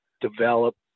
develop